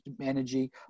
energy